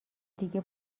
دیگه